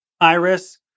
Iris